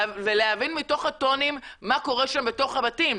ולהבין מתוך הטונים מה קורה שם בתוך הבתים.